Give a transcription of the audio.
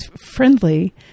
friendly